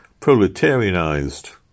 proletarianized